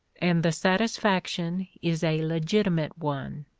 and the satisfaction is a legitimate one.